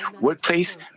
workplace